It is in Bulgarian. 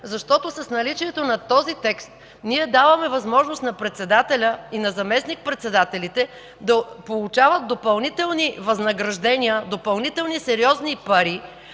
защото с наличието на този текст даваме възможност на председателя и на заместник-председателите да получават допълнителни възнаграждения, допълнителни сериозни пари